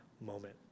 moment